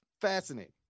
fascinating